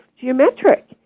geometric